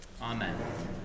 Amen